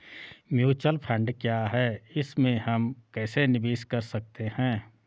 Mutual fund क्या है इसमें हम कैसे निवेश कर सकते हैं?